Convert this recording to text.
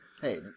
Hey